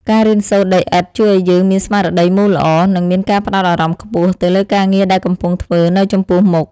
ការរៀនសូនដីឥដ្ឋជួយឱ្យយើងមានស្មារតីមូលល្អ និង មានការផ្ដោតអារម្មណ៍ខ្ពស់ទៅលើការងារដែលកំពុងធ្វើនៅចំពោះមុខ។